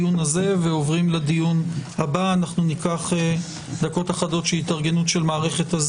הישיבה ננעלה בשעה 10:01.